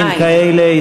אין כאלה.